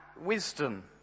wisdom